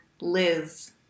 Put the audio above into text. Liz